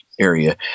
area